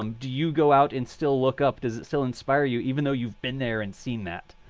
um do you go out and still look up? does it still inspire you even though you've been there and seen that?